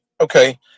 Okay